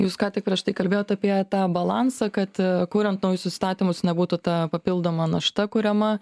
jūs ką tik prieš tai kalbėjot apie tą balansą kad kuriant naujus įstatymus nebūtų ta papildoma našta kuriama